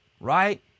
right